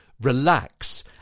relax